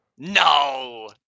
No